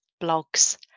blogs